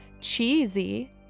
Cheesy